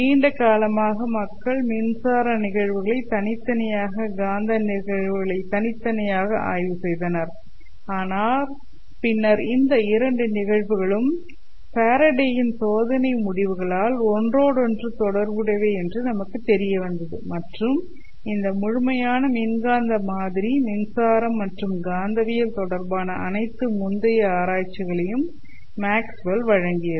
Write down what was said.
நீண்ட காலமாக மக்கள் மின்சார நிகழ்வுகளை தனித்தனியாக காந்த நிகழ்வுகளை தனித்தனியாக ஆய்வு செய்தனர் ஆனால் பின்னர் இந்த இரண்டு நிகழ்வுகளும் ஃபாரடேயின் Faraday's சோதனை முடிவுகளால் ஒன்றோடொன்று தொடர்புடையவை என்பது நமக்கு தெரியவந்ததுமற்றும் இந்த முழுமையான மின்காந்த மாதிரி மின்சாரம் மற்றும் காந்தவியல் தொடர்பான அனைத்து முந்தைய ஆராய்ச்சிகளையும் மேக்ஸ்வெல் Maxwell's வழங்கியது